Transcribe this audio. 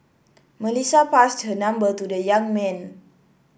Melissa passed her number to the young man